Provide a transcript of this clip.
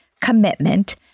commitment